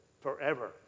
forever